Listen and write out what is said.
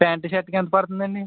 pant షర్టుకి ఎంత పడుతుందండి